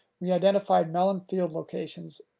we identified melon field locations